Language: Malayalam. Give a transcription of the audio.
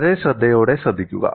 വളരെ ശ്രദ്ധയോടെ ശ്രദ്ധിക്കുക